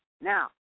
Now